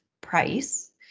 price